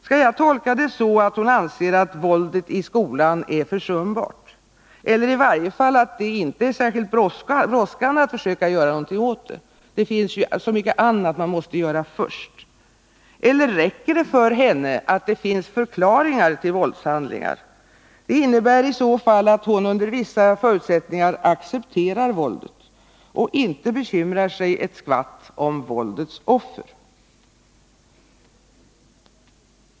Skall jag tolka det så att hon anser att våldet i skolan är försumbart eller i varje fall att det inte är särskilt brådskande att försöka göra någonting åt det — det finns ju så mycket annat man måste göra först? Eller räcker det för henne att det finns förklaringar till våldshandlingar? Det innebär i så fall att hon under vissa förutsättningar accepterar våldet och inte bekymrar sig ett skvatt om våldets offer.